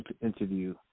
interview